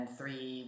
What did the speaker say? three